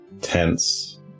tense